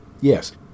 Yes